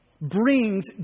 brings